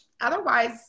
otherwise